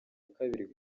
kabiri